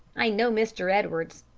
i know mr. edwards.